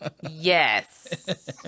Yes